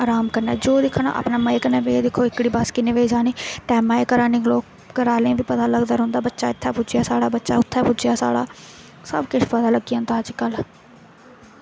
अराम कन्नै जो दिक्खना अपने मजे कन्नै बेहियै दिक्खो एह्कड़ी बस किन्ने बजे जानी टैमे दे घरा निकलो घरा आहलें गी बी पता लगदा रौंह्दा बच्चा इत्थे पुज्जेआ साढ़ा बच्चा उत्थें पुज्जेआ साढ़ा सब किश पता लग्गी जंदा अज्जकल